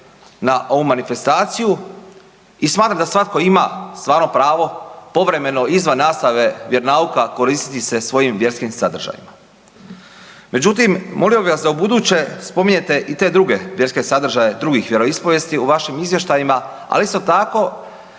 na ovu manifestaciju i smatram da svatko ima stvarno pravo povremeno izvan nastave koristiti se svojim vjerskim sadržajima. Međutim, molio bih vas da ubuduće spominjete i te druge vjerske sadržaje, drugih vjeroispovijesti u vašim izvještajima, ali isto tako